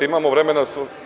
Imamo vremena.